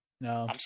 no